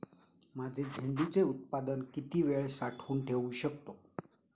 माझे झेंडूचे उत्पादन किती वेळ साठवून ठेवू शकतो?